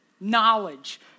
knowledge